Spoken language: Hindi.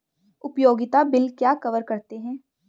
उपयोगिता बिल क्या कवर करते हैं?